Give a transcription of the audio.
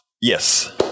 Yes